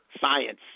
Science